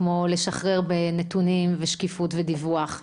כמו לשחרר בנתונים, שקיפות ודיווח.